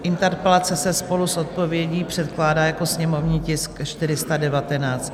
Interpelace se spolu s odpovědí předkládá jako sněmovní tisk 419.